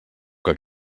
que